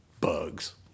bugs